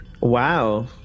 wow